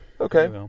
Okay